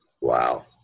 Wow